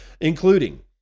including